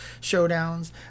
Showdowns